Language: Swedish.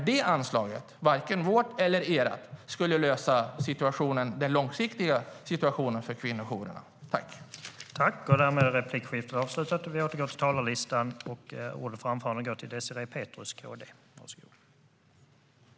Men varken vårt eller ert anslag skulle lösa den långsiktiga situationen för kvinnojourerna.